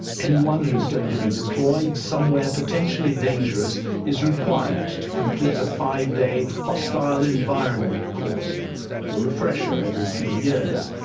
anyone who's going to be deployed somewhere potentially dangerous is required to complete a five-day hostile environment course with a refresher every few years.